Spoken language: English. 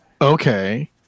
Okay